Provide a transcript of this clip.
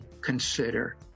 consider